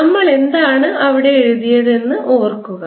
നമ്മൾ എന്താണ് അവിടെ എഴുതിയതെന്ന് ഓർക്കുക